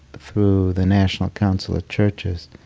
through the national council of churches,